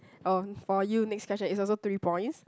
um for you next question is also three points